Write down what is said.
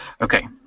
okay